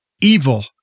evil